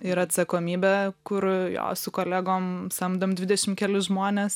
ir atsakomybę kur jo su kolegom samdom dvidešim kelis žmones